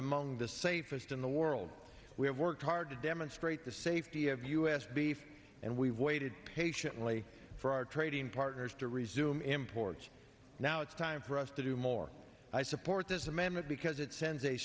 among the safest in the world we have worked hard to demonstrate the safety of u s beef and we waited patiently for our trading partners to resume imports now it's time for us to do more i support this amendment because it sends a